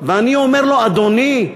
ואני אומר לו: אדוני,